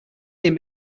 him